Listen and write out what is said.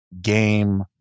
game